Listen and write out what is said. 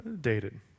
dated